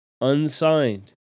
Unsigned